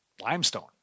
limestone